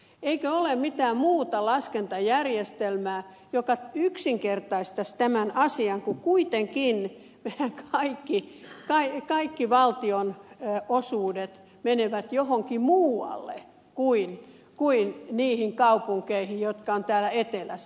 eikö ole mitään muuta laskentajärjestelmää joka yksinkertaistaisi tämän asian kun kuitenkin kaikki valtionosuudet menevät johonkin muualle kuin niihin kaupunkeihin jotka ovat täällä etelässä